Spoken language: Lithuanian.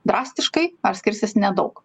drastiškai ar skirsis nedaug